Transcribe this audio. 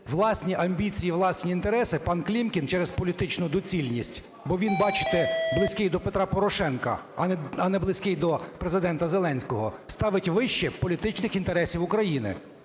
власні амбіції, власні інтереси пан Клімкін через політичну доцільність – бо він, бачите, близький до Петра Порошенка, а не близький до Президента Зеленського, – ставить вище політичних інтересів України.